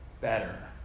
better